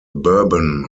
bourbon